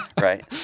Right